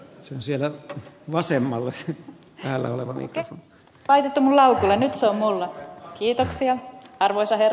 sen siitä vasemmalle stig hällä oleva mike painetun lauseeni arvoisa herra puhemies